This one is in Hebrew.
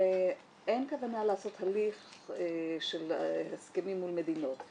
--- אין כוונה לעשות הליך של הסכמים מול מדינות.